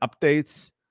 updates